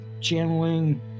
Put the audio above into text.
channeling